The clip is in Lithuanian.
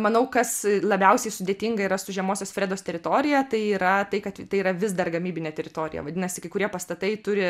manau kas labiausiai sudėtinga yra su žemosios fredos teritorija tai yra tai kad tai yra vis dar gamybinė teritorija vadinasi kai kurie pastatai turi